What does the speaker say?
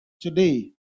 Today